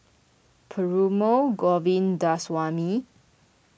Perumal Govindaswamy